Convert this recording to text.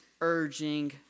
urging